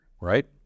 right